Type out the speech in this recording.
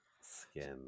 skin